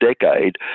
decade